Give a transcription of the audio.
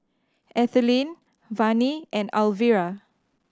Ethelyn Vannie and Alvira